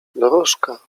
dorożka